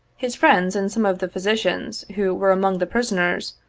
his friends, and some of the physicians, who were among the prisoners,